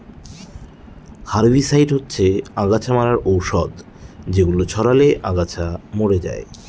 herbicide হচ্ছে অগাছা মারার ঔষধ যেগুলো ছড়ালে আগাছা মরে যায়